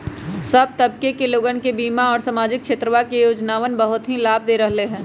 सब तबके के लोगन के बीमा और सामाजिक क्षेत्रवा के योजनावन बहुत ही लाभ दे रहले है